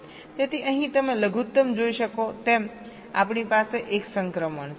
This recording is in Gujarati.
તેથી અહીં તમે લઘુત્તમ જોઈ શકો તેમ આપણી પાસે એક સંક્રમણ છે